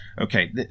okay